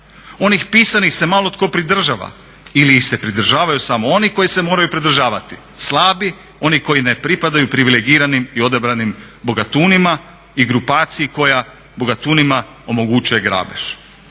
Onih pisanih se malo tko pridržava ili ih se pridržavaju samo oni koji ih se moraju pridržavati, slabi oni koji ne pripadaju privilegiranim i odabranim bogatunima i grupaciji koja bogatunima omogućuje grabež.